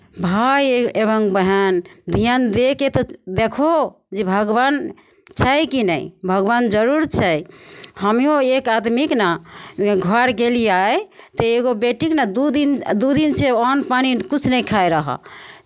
भाय एवम बहन धियान दयके तऽ देखौ जे भगवान छै कि नहि भगवान जरूर छै हमेओ एक आदमीके ने घर गेलियै तऽ एगो बेटीके नऽ दू दिन दू दिनसँ ओ अन्न पानि किछु नहि खाइत रहय